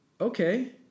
okay